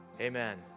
Amen